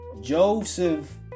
Joseph